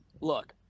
look